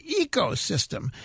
ecosystem